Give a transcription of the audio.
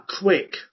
quick